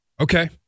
Okay